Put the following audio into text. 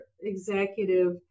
executive